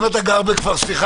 אם אתה גר בכפר סבא